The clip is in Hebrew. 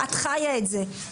את חיה את זה.